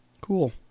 Cool